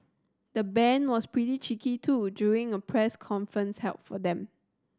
the band was pretty cheeky too during a press conference held for them